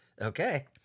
Okay